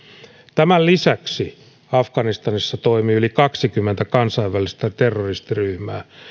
tämän lisäksi afganistanissa toimii yli kaksikymmentä kansainvälistä terroristiryhmää